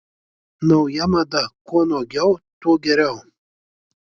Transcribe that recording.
nauja mada kuo nuogiau tuo geriau